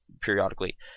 periodically